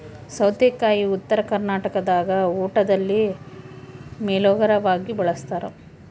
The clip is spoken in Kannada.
ಸೌತೆಕಾಯಿ ಉತ್ತರ ಕರ್ನಾಟಕದಾಗ ಊಟದಲ್ಲಿ ಮೇಲೋಗರವಾಗಿ ಬಳಸ್ತಾರ